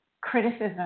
criticism